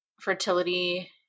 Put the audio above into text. fertility